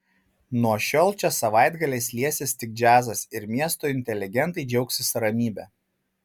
nuo šiol čia savaitgaliais liesis tik džiazas ir miesto inteligentai džiaugsis ramybe